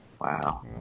Wow